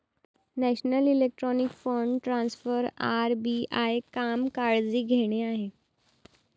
national electronic fund transfer RBI काम काळजी घेणे आहे